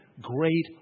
great